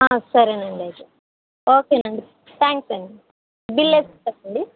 ఆ సరే అండి అయితే ఓకే అండి థాంక్స్ అండి బిల్ వేస్తాను అండి